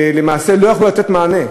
למעשה לא יכלו לתת מענה,